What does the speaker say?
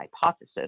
hypothesis